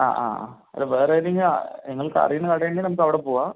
അ ആ ആ അല്ല വേറേ ഏതെങ്കിലും വേറെ നിങ്ങൾക്കറിയുന്ന കടയുണ്ടെങ്കിൽ നമുക്കവിടെ പോകാം